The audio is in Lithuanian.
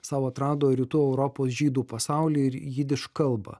sau atrado rytų europos žydų pasaulį ir jidiš kalbą